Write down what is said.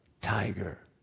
Tiger